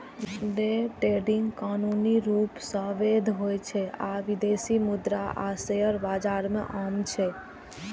day trading कानूनी रूप सं वैध होइ छै आ विदेशी मुद्रा आ शेयर बाजार मे आम छै